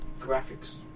graphics